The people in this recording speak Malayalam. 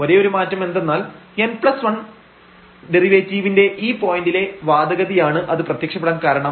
ഒരേയൊരു മാറ്റം എന്തെന്നാൽ n1 മത്തെ ഡെറിവേറ്റീവിന്റെ ഈ പോയിന്റിലെ വാദഗതിയാണ് അത് പ്രത്യക്ഷപ്പെടാൻ കാരണം